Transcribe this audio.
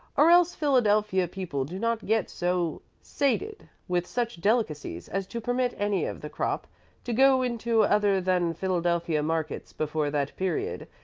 or else philadelphia people do not get so sated with such delicacies as to permit any of the crop to go into other than philadelphia markets before that period.